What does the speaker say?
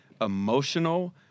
emotional